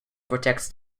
protects